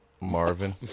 Marvin